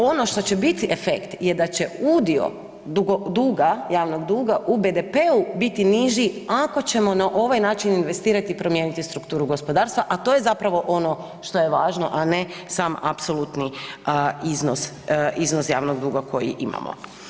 Ono što će biti efekt je da će udio duga, javnog duga u BDP-u biti niži ako ćemo na ovaj način investirati i promijeniti strukturu gospodarstva, a to je zapravo ono što je važno, a ne sam apsolutni iznos javnog duga koji imamo.